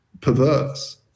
perverse